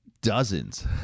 dozens